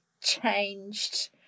changed